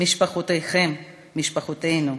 משפחותיכם-משפחותינו,